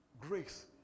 Grace